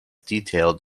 detailed